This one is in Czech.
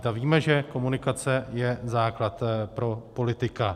A víme, že komunikace je základ pro politika.